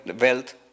wealth